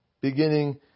beginning